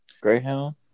Greyhound